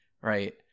Right